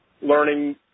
learning